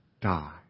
die